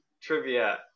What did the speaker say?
trivia